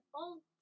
old